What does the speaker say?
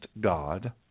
God